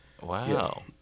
Wow